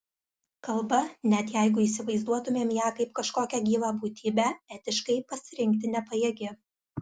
kalba net jeigu įsivaizduotumėm ją kaip kažkokią gyvą būtybę etiškai pasirinkti nepajėgi